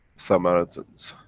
samaritans.